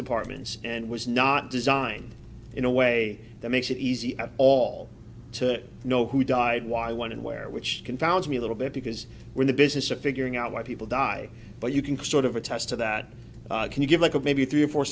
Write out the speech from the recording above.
department and was not designed in a way that makes it easy at all to know who died why when and where which confounds me a little bit because we're in the business of figuring out why people die but you can sort of attest to that can you give a maybe three or four